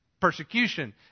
persecution